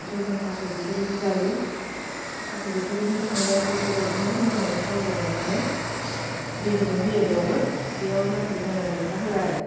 ओमफ्राय जों थास' बिथ'रिबो जायो थास' बिथ'रिनि संनायाबो बेबायदिनो मोजाङै थावजों एवनानै दै गुदुं होयो बेयावबो बेयाव नाथाय जोङो मैथा होआ आरो